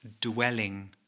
dwelling